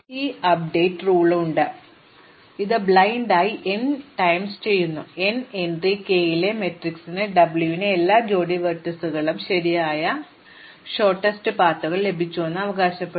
അതിനാൽ ഞങ്ങൾക്ക് ഈ അപ്ഡേറ്റ് റൂൾ ഉണ്ട് ഞങ്ങൾ ഇത് അന്ധമായി n തവണ ചെയ്യുന്നു n എൻട്രി k ലെ മാട്രിക്സ് W ന് എല്ലാ ജോഡി വെർട്ടീസുകൾക്കും ശരിയായ ഹ്രസ്വ പാതകൾ ലഭിച്ചുവെന്ന് ഞങ്ങൾ അവകാശപ്പെടുന്നു